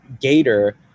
Gator